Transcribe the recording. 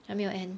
还没有 end